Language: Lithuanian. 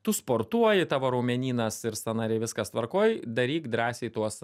tu sportuoji tavo raumenynas ir sąnariai viskas tvarkoj daryk drąsiai tuos